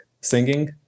singing